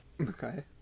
okay